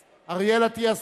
אטיאס,